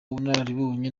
ubunararibonye